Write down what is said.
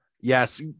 Yes